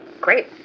Great